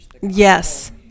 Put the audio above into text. Yes